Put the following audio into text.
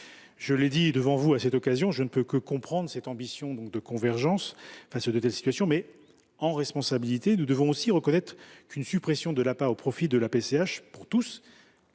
Je l’ai dit devant vous à cette occasion, je ne peux que comprendre cette ambition de convergence face à de telles situations. Mais si l’on fait preuve de responsabilité, on ne peut que reconnaître qu’une suppression de l’APA au profit de la PCH pour tous